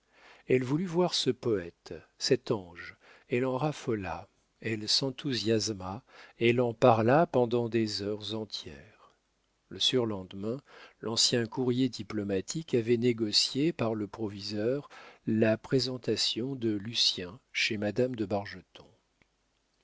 elle voulut voir ce poète cet ange elle en raffola elle s'enthousiasma elle en parla pendant des heures entières le surlendemain l'ancien courrier diplomatique avait négocié par le proviseur la présentation de lucien chez madame de